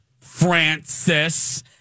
francis